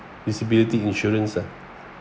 disability insurance ah